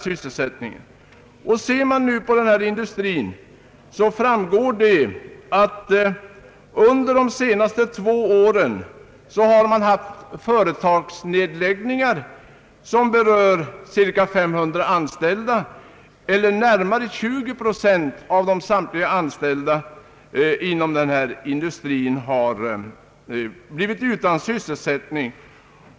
Inom tegelindustrin har under de senaste två åren förekommit företagsned läggningar som berört cirka 500 anställda. Närmare 20 procent av dem som varit verksamma inom denna näringsgren har blivit utan sysselsättning.